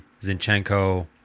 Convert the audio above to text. Zinchenko